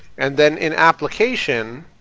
and then in application